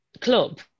club